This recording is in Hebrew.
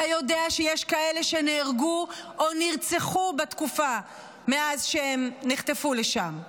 אתה יודע שיש כאלה שנהרגו או נרצחו בתקופה מאז שהם נחטפו לשם.